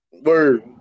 Word